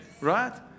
Right